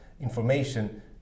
information